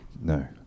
No